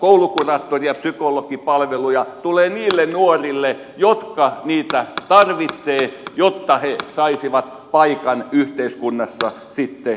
koulukuraattori ja psykologipalveluja tulee niille nuorille jotka niitä tarvitsevat jotta he saisivat paikan yhteiskunnassa sitten joskus